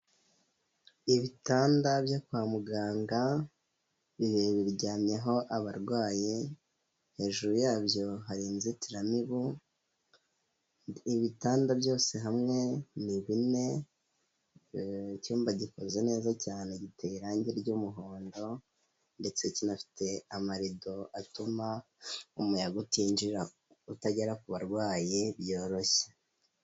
Ibitanda byo kwa muganga biryamyeho abarwayi, hejuru yabyo hari inzitiramibu, ibitanda byose hamwe ni bine, icyumba gikoze neza cyane giteye irangi ry'umuhondo ndetse kinafite amarido atuma umuyaga utinjira utagera ku barwayi byoroshye.